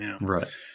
Right